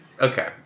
Okay